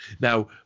Now